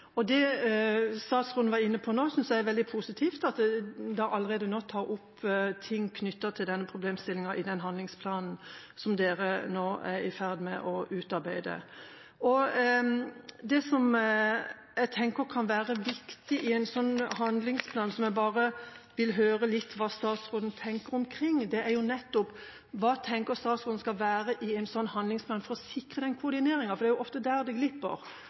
koordinering. Det statsråden var inne på nå, synes jeg er veldig positivt, at man allerede nå tar opp ting knyttet til denne problemstillingen i den handlingsplanen som man er i ferd med å utarbeide. Det som jeg tenker kan være viktig i en sånn handlingsplan, og som jeg vil høre hva statsråden tenker omkring, er nettopp: Hva tenker statsråden skal være i en sånn handlingsplan for å sikre koordineringen. Det er ofte der det glipper